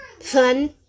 fun